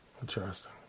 Interesting